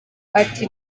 ati